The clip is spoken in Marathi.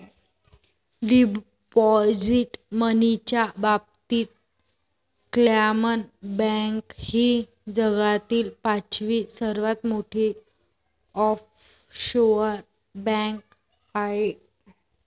डिपॉझिट मनीच्या बाबतीत क्लामन बँक ही जगातील पाचवी सर्वात मोठी ऑफशोअर बँक आहे